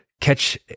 catch